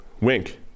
Wink